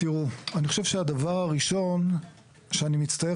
תראו אני חושב שהדבר הראשון שאני מצטער